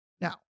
Now